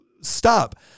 Stop